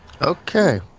Okay